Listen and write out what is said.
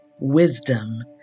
wisdom